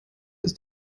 ist